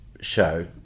show